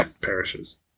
perishes